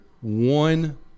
one